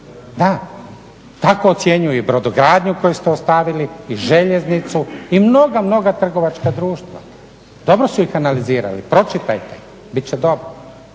Da, tako ocjenjuju i brodogradnju koju ste ostavili i željeznicu i mnoga, mnoga trgovačka društva. Dobro su ih analizirali, pročitajte bit će dobro.